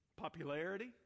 popularity